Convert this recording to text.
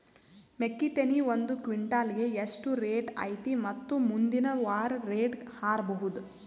ಮೆಕ್ಕಿ ತೆನಿ ಒಂದು ಕ್ವಿಂಟಾಲ್ ಗೆ ಎಷ್ಟು ರೇಟು ಐತಿ ಮತ್ತು ಮುಂದಿನ ವಾರ ರೇಟ್ ಹಾರಬಹುದ?